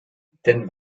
denn